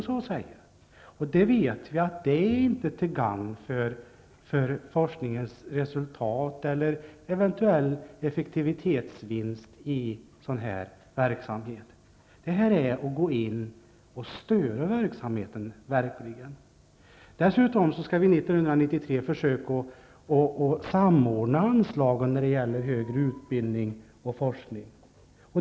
Vi vet att det inte är till gagn för forskningens resultat eller för eventuell effektivitetsvinst i sådan här verksamhet; det är att gå in och störa verksamheten. Dessutom skall vi 1993 försöka samordna anslagen när det gäller högre utbildning och forskning.